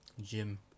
Gym